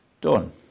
done